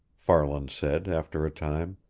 farland said, after a time.